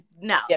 No